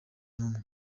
n’umwe